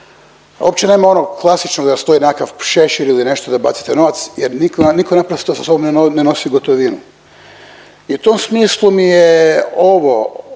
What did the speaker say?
Opće nema onog klasičnog da stoji nekakav šešir ili nešto da bacite novac jer nitko, nitko naprosto sa sobom ne nosi gotovinu. I u tom smislu mi je ovo,